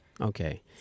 okay